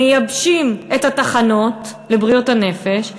מייבשים את התחנות לבריאות הנפש,